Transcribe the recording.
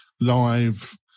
live